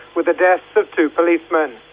with the deaths of two policemen.